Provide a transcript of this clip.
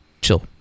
Chill